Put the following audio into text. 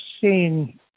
seen